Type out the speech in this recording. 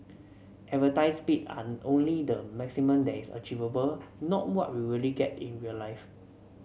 advertised speed are only the maximum that is achievable not what you really get in real life